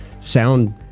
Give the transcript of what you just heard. sound